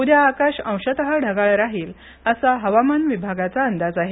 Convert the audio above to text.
उद्या आकाश अंशतः गाळ राहील असा हवामान विभागाचा अंदाज आहे